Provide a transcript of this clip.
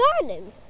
garden